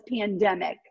pandemic